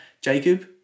Jacob